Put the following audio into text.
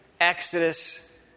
Exodus